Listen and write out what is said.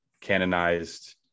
canonized